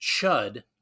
Chud